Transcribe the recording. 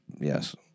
yes